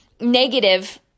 negative